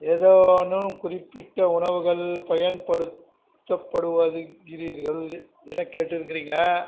ஏதேனும் குறிப்பிட்ட உணவுகள் பயன்படுத்தப்படுவதுக்றீர்கள் என கேட்டுருக்குறீங்க